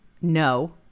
no